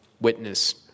witness